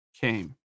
came